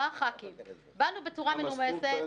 את ההשלכות שלה,